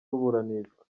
ruburanishwa